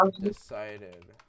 decided